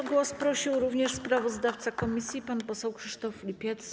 O głos prosił również sprawozdawca komisji pan poseł Krzysztof Lipiec.